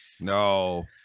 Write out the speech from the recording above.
No